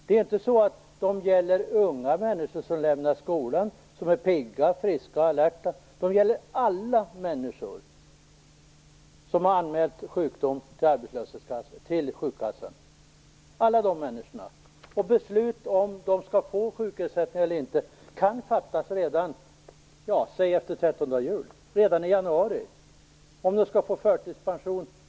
Det är inte så att de gäller unga människor som lämnar skolan och som är pigga, friska och alerta. De gäller alla människor som har anmält sjukdom till sjukkassan. Det gäller alla de människorna. Beslut om de skall få sjukersättning eller inte kan fattas redan efter trettondedag jul. Redan i januari fattas beslut om de skall få förtidspension.